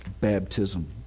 baptism